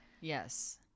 Yes